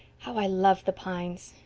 how i love the pines!